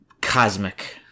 cosmic